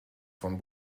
von